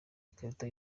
ikarita